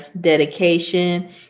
dedication